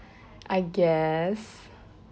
I guess